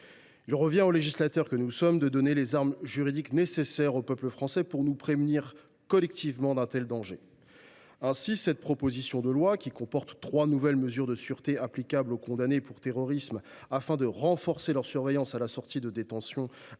Il revient au législateur que nous sommes de donner les armes juridiques nécessaires au peuple français pour nous prémunir collectivement d’un tel danger. Ainsi, cette proposition de loi, qui instaure trois nouvelles mesures de sûreté applicables aux condamnés pour terrorisme, afin de renforcer leur surveillance à leur sortie de détention,